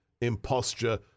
imposture